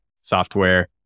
software